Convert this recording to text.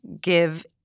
give